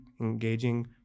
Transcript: engaging